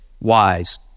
wise